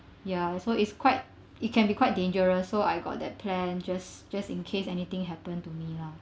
ya so it's quite it can be quite dangerous so I got that plan just just in case anything happen to me lah